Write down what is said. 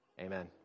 Amen